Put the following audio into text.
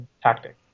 tactic